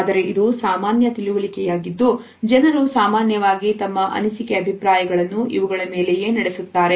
ಆದರೆ ಇದು ಸಾಮಾನ್ಯ ತಿಳಿವಳಿಕೆ ಯಾಗಿದ್ದು ಜನರು ಸಾಮಾನ್ಯವಾಗಿ ತಮ್ಮ ಅನಿಸಿಕೆ ಅಭಿಪ್ರಾಯಗಳನ್ನು ಇವುಗಳ ಮೇಲೆಯೇ ನಡೆಸುತ್ತಾರೆ